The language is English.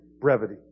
brevity